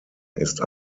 ist